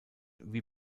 wie